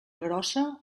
grossa